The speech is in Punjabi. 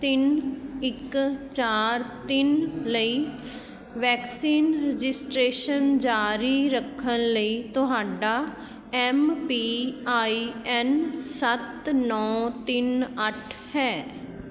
ਤਿੰਨ ਇੱਕ ਚਾਰ ਤਿੰਨ ਲਈ ਵੈਕਸੀਨ ਰਜਿਸਟਰੇਸ਼ਨ ਜਾਰੀ ਰੱਖਣ ਲਈ ਤੁਹਾਡਾ ਐੱਮ ਪੀ ਆਈ ਐੱਨ ਸੱਤ ਨੌ ਤਿੰਨ ਅੱਠ ਹੈ